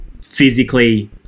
physically